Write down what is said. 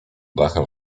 dachem